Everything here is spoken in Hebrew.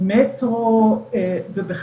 זה מה שאנחנו רואים כאן,